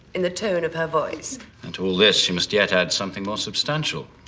in the tone of her voice and to all this you must yet add something more substantial